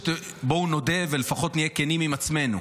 בואו נודה ולפחות נהיה כנים עם עצמנו,